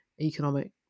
economic